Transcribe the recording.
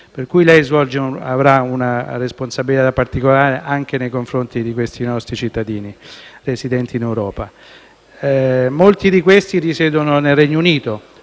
pertanto, avrà una responsabilità particolare anche nei confronti di questi nostri cittadini residenti in Europa. Molti di questi risiedono nel Regno Unito: